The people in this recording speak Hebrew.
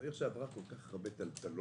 היא עיר שעברה כל כך הרבה טלטלות